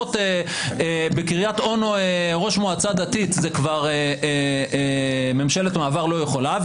למנות בקריית אונו ראש מועצה דתית ממשלת מעבר לא יכולה,